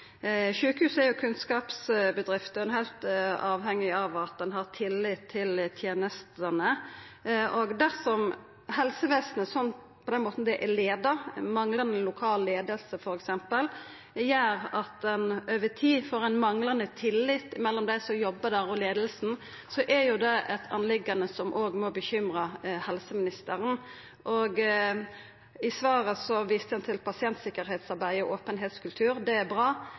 er kunnskapsbedrifter som er heilt avhengige av at ein har tillit til tenestene. Dersom måten helsevesenet er leia på – manglande lokal leiing f.eks. – gjer at ein over tid får ein manglande tillit mellom dei som jobbar der og leiinga, er det noko som også må bekymra helseministeren. I svaret viste han til pasientsikkerheitsarbeid i openheitskultur, det er bra.